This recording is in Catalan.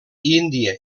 índia